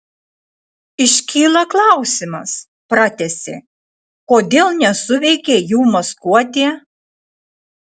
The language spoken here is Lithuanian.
iškyla klausimas pratęsė kodėl nesuveikė jų maskuotė